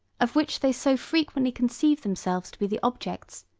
of which they so frequently conceived themselves to be the objects,